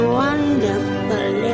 wonderful